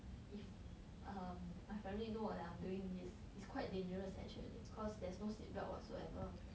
if um my family know that I'm doing this it's quite dangerous actually cause there's no seatbelt whatsoever